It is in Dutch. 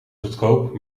goedkoop